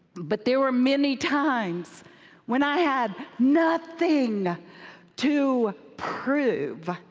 but there were many times when i had nothing to prove,